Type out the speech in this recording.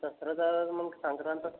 దసరా తర్వాత మనకి సంక్రాంతి వస్తా